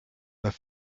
their